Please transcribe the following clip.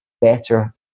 better